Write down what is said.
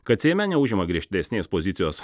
kad seime neužima griežtesnės pozicijos